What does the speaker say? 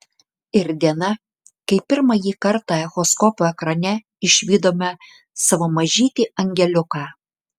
ir diena kai pirmąjį kartą echoskopo ekrane išvydome savo mažytį angeliuką